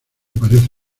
parece